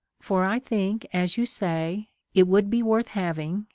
for i think, as you say, it would be worth having,